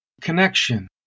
connection